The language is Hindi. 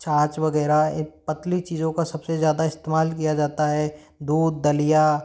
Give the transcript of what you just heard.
छाछ वगैरह पतली चीज़ों का सब से ज़्यादा इस्तेमाल किया जाता है दूध दलिया